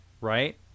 right